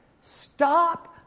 Stop